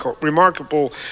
remarkable